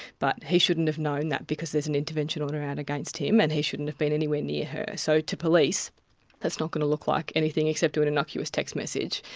but he shouldn't have known that because there's an intervention order out against him and he shouldn't have been anywhere near her. so to police that's not going to look like anything except an innocuous text message.